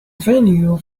venue